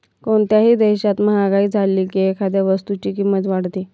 कोणत्याही देशात महागाई झाली की एखाद्या वस्तूची किंमत वाढते